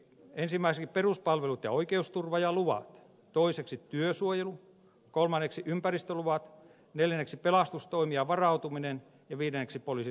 ensimmäiseksi peruspalvelut ja oikeusturva ja luvat toiseksi työsuojelu kolmanneksi ympäristöluvat neljänneksi pelastustoimi ja varautuminen ja viidenneksi poliisitoimi